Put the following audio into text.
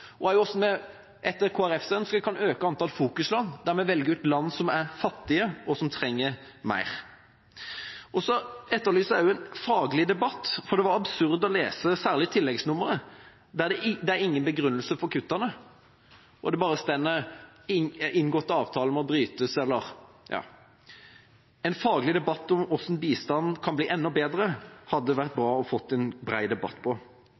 og også hvordan vi etter Kristelig Folkepartis ønske kan øke antall fokusland, der vi velger ut land som er fattige og trenger mer, ønsker jeg en debatt om. Så etterlyser jeg også en faglig debatt. For det var absurd å lese særlig tilleggsnummeret. Det er ingen begrunnelse for kuttene, det står bare at inngåtte avtaler må brytes. En faglig debatt om hvordan bistanden kan bli enda bedre, hadde det vært bra å få en bred debatt